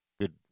good